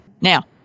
Now